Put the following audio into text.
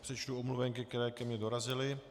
Přečtu omluvenky, které ke mně dorazily.